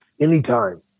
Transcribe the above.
Anytime